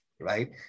Right